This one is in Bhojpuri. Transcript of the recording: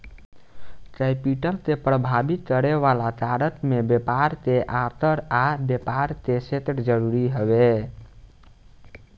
कैपिटल के प्रभावित करे वाला कारण में व्यापार के आकार आ व्यापार के क्षेत्र जरूरी हवे